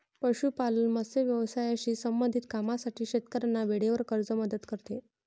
पशुपालन, मत्स्य व्यवसायाशी संबंधित कामांसाठी शेतकऱ्यांना वेळेवर कर्ज मदत करते